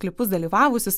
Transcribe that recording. klipus dalyvavusius